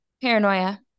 paranoia